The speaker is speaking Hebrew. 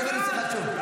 קריאה ראשונה.